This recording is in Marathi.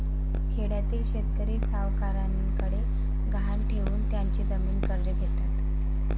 खेड्यातील शेतकरी सावकारांकडे गहाण ठेवून त्यांची जमीन कर्ज घेतात